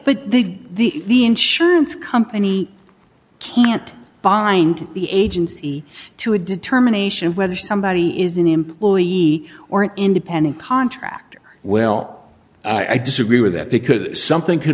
but the the insurance company can't bind the agency to a determination of whether somebody is an employee or an independent contractor well i disagree with that because something could